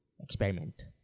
experiment